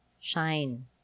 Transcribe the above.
shine